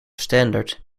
standard